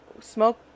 smoke